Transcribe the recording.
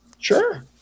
sure